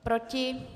Proti?